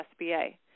SBA